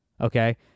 Okay